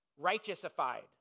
righteousified